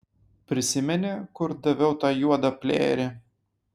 prisimeni kur daviau tą juodą plėjerį